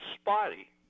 spotty